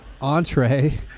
entree